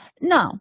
No